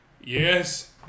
Yes